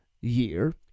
year